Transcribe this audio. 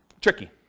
tricky